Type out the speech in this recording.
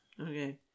Okay